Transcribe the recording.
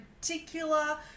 particular